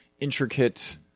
intricate